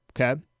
Okay